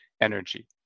energy